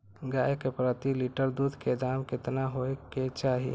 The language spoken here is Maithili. गाय के प्रति लीटर दूध के दाम केतना होय के चाही?